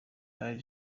ally